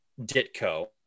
Ditko